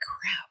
crap